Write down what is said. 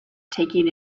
taking